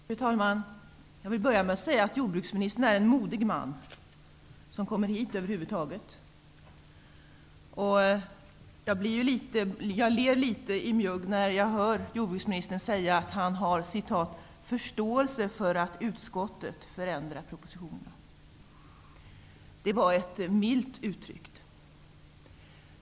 Fru talman! Jag vill börja med att säga att jordbruksministern är en modig man som över huvud taget har kommit hit. Jag ler litet i mjugg när jag hör jordbruksministern säga att han har ''förståelse för att utskottet förändrar propositionerna''. Det var milt uttryckt.